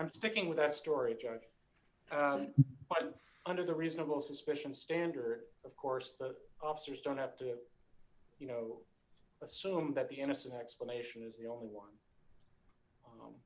i'm sticking with that story joe biden under the reasonable suspicion standard of course the officers don't have to you know assume that the innocent explanation is the only one